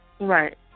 Right